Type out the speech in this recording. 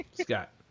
Scott